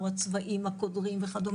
או הצבעים הקודרים וכד',